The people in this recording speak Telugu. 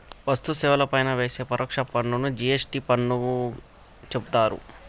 వస్తు సేవల పైన వేసే పరోక్ష పన్నుగా జి.ఎస్.టి పన్నుని చెబుతున్నరు